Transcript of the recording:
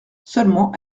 seulement